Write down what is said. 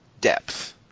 depth